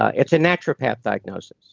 it's a naturopath diagnosis,